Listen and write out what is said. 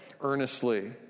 earnestly